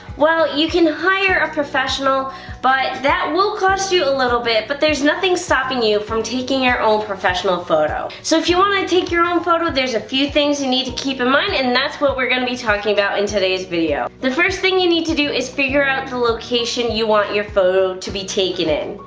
well you can hire a professional but that will cost you a little bit but there's nothing stopping you from taking our own professional photo. so if you want to take your own um photo there's a few things you need to keep in mind and that's what we're gonna be talking about in today's video. the first thing you need to do is figure out the location you want your photo to be taken in.